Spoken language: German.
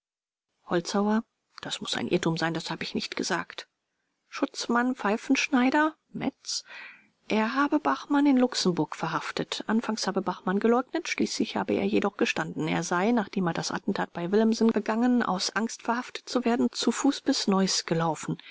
holzhauer das muß ein irrtum sein das habe ich nicht gesagt schutzmann pfeiffenschneider metz er habe bachmann in luxemburg verhaftet anfangs habe bachmann geleugnet schließlich habe er jedoch gestanden er sei nachdem er das attentat bei willemsen begangen aus angst verhaftet zu werden zu fuß bis neuß gelaufen